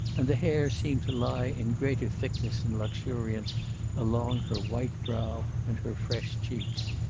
and the hair seemed to lie in greater thickness and luxuriance along her white brow and her fresh cheeks.